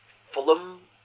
Fulham